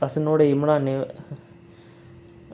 अस नुहाड़े ई मनान्ने